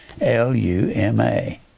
L-U-M-A